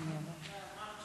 ההצעה להעביר את הנושא